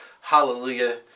hallelujah